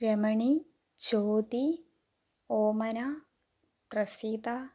Ramani Chothi Omana Praseetha